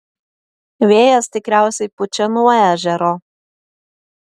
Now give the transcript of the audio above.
vėjas tikriausiai pučia nuo ežero